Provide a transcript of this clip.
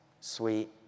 sweet